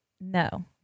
No